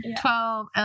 Twelve